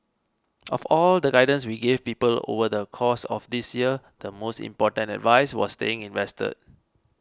of all the guidance we gave people over the course of this year the most important advice was staying invested